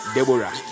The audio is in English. Deborah